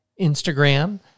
Instagram